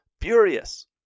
furious